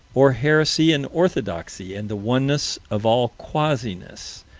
or heresy and orthodoxy and the oneness of all quasiness,